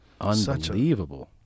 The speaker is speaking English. unbelievable